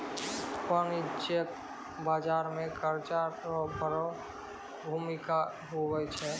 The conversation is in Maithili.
वाणिज्यिक बाजार मे कर्जा रो बड़ो भूमिका हुवै छै